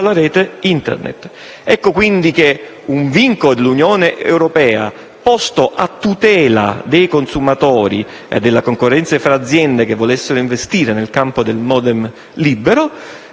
Ecco, quindi, che un vincolo dell'Unione europea posto a tutela dei consumatori e della concorrenza fra aziende che volessero investire nel campo del cosiddetto